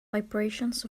vibrations